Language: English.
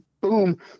boom